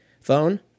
phone